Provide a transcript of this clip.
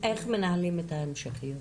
איך מנהלים את ההמשכיות?